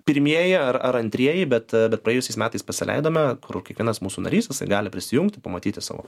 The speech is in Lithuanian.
pirmieji ar ar antrieji bet bet praėjusiais metais pasileidome kur kiekvienas mūsų narys gali prisijungti pamatyti savo